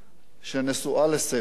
שנשואה לספי,